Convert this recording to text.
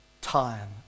time